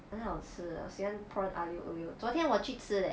很好吃 ah 喜欢 prawn aglio olio 昨天我去吃 leh